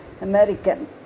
American